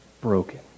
broken